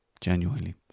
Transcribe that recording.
genuinely